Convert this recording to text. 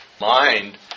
Mind